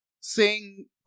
sing